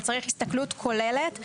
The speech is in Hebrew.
וצריך הסתכלות כוללת.